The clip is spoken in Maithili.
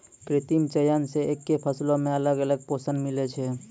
कृत्रिम चयन से एक्के फसलो मे अलग अलग पोषण मिलै छै